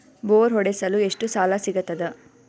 Bore ಹೊಡೆಸಲು ಎಷ್ಟು ಸಾಲ ಸಿಗತದ?